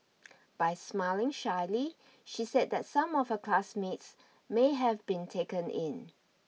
by smiling shyly she said that some of her classmates may have been taken in